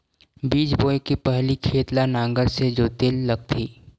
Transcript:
बीज बोय के पहिली खेत ल नांगर से जोतेल लगथे?